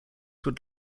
would